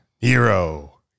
Hero